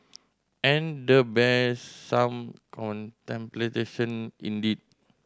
and the bears some contemplation indeed